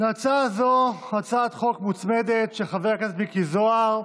להצעה זו הצעת חוק מוצמדת של חבר הכנסת מיקי זוהר.